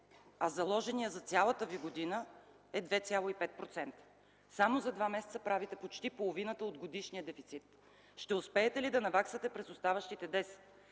а заложеният за цялата година е 2,5%. Само за 2 месеца правите почти половината от годишния дефицит. Ще успеете ли да наваксате през оставащите 10,